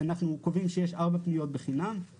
אנחנו קובעים שיש ארבע פניות בחינם.